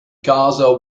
gaza